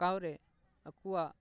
ᱟᱸᱠᱟᱣ ᱨᱮ ᱟᱠᱚᱣᱟᱜ